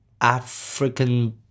African